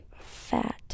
fat